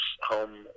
home